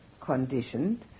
conditioned